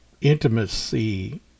intimacy